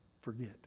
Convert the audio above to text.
forget